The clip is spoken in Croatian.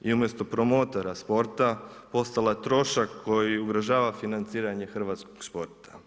I umjesto promotora sporta, postala trošak, koji ugrožava financiranje hrvatskog sporta.